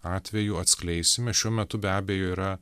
atvejų atskleisime šiuo metu be abejo yra